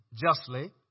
justly